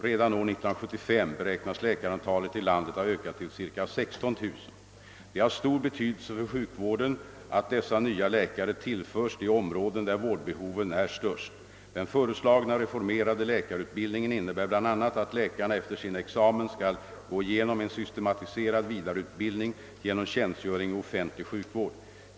Redan år 1975 beräknas läkarantalet i landet ha ökat till cirka 16 000. Det är av stor betydelse för sjukvården att dessa nya läkare tillförs de områden där vårdbehoven är störst. Den föreslagna reformerade läkarutbildningen innebär bl.a. att läkarna efter sin examen skall gå igenom en systematiserad vidareutbildning genom tjänstgöring i offentlig sjukvård.